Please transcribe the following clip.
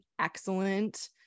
excellent